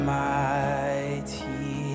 mighty